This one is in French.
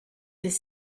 des